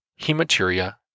hematuria